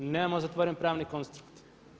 Mi nemamo zatvoren pravni konstrukt.